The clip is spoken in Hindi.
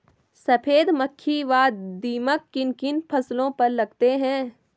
सफेद मक्खी व दीमक किन किन फसलों पर लगते हैं?